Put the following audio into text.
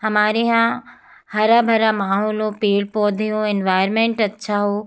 हमारे यहाँ हरा भरा माहौल हो पेड़ पौधे हों एनवायरमेंट अच्छा हो